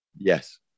Yes